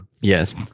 Yes